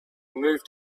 moved